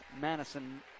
Madison